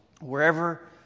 wherever